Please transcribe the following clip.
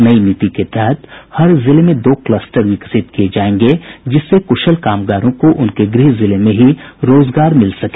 नई नीति के तहत हर जिले में दो क्लस्टर विकसित किये जायेंगे जिससे क्शल कामगारों को उनके गृह जिले में ही रोजगार मिल सके